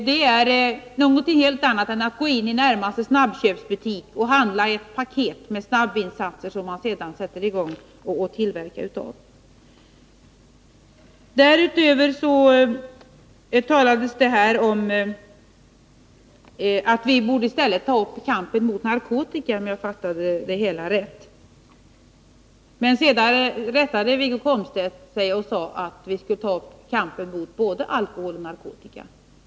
Jag vidhåller alltså det som sägs om detta i propositionen, trots att man har försökt att nedvärdera det. Wiggo Komstedt sade att vi i stället borde ta upp kampen mot narkotikan, om jag fattade det rätt. Men sedan rättade han det till att vi skulle ta upp kampen mot både alkoholen och narkotikan.